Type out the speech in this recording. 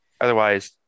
otherwise